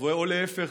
או להפך,